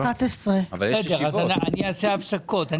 אני אעשה הפסקות.